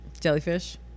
jellyfish